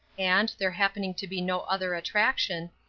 and, there happening to be no other attraction,